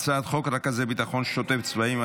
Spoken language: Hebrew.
הצעת חוק רכזי ביטחון שוטף צבאיים,